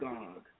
God